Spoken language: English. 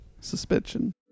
suspension